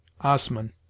Osman